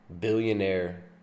billionaire